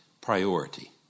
priority